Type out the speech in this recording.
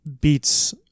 beats